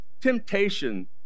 temptation